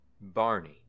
Barney